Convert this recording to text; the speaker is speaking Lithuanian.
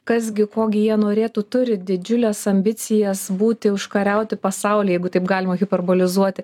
kas gi ko gi jie norėtų turi didžiules ambicijas būti užkariauti pasaulį jeigu taip galima hiperbolizuoti